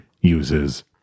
uses